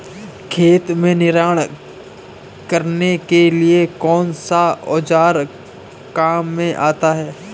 खेत में निनाण करने के लिए कौनसा औज़ार काम में आता है?